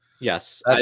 Yes